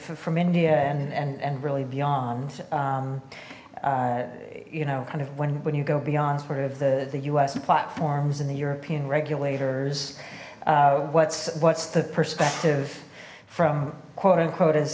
from india and and and really beyond you know kind of when when you go beyond sort of the the us platforms and the european regulators what's what's the perspective from quote unquote